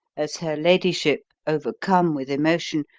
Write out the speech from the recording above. as her ladyship, overcome with emotion,